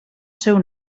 seu